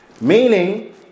Meaning